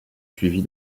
suivie